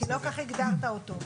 כי לא כך הגדרת אותו.